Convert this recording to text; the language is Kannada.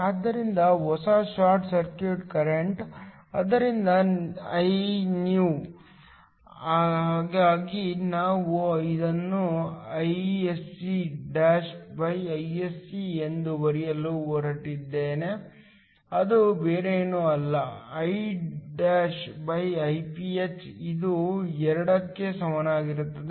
ಆದ್ದರಿಂದ ಹೊಸ ಶಾರ್ಟ್ ಸರ್ಕ್ಯೂಟ್ ಕರೆಂಟ್ ಆದ್ದರಿಂದ Inew ಹಾಗಾಗಿ ನಾನು ಅದನ್ನು I'scIsc ಎಂದು ಬರೆಯಲು ಹೊರಟಿದ್ದೇನೆ ಅದು ಬೇರೇನೂ ಅಲ್ಲ IIph ಇದು 2 ಕ್ಕೆ ಸಮನಾಗಿರುತ್ತದೆ